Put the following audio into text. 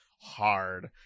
hard